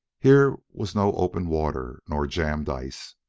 here was no open water nor jammed ice.